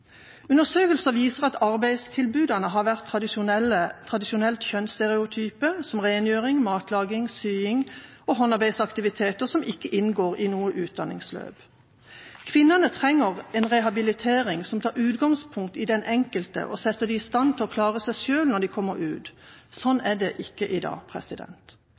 Undersøkelser viser at arbeidstilbudene har vært tradisjonelt kjønnsstereotype, som rengjøring, matlaging, sying og håndarbeidsaktiviteter som ikke inngår i noe utdanningsløp. Kvinnene trenger en rehabilitering som tar utgangspunkt i den enkelte og setter dem i stand til å klare seg selv når de kommer ut. Slik er det ikke i dag.